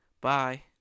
bye